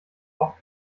auch